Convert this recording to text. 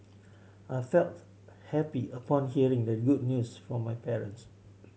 I felt happy upon hearing the good news from my parents